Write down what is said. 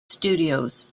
studios